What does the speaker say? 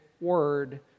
word